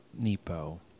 Nepo